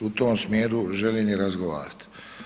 U tom smjeru želim i razgovarat.